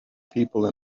people